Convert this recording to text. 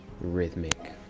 rhythmic